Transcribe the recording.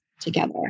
together